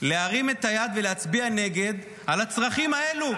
להרים את היד ולהצביע נגד על הצרכים האלה?